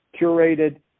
curated